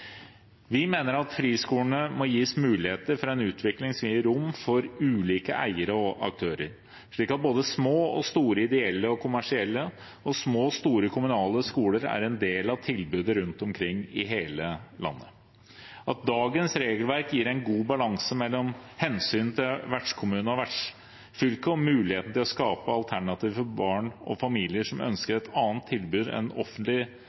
Vi mener at friskolene må gis muligheter for en utvikling som gir rom for ulike eiere og aktører, slik at både små og store ideelle og kommersielle og små og store kommunale skoler er en del av tilbudet rundt omkring i hele landet – at dagens regelverk gir en god balanse mellom hensynet til vertskommune og vertsfylke og muligheten til å skape alternativ for barn og familier som ønsker et annet tilbud enn